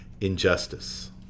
Injustice